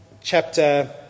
chapter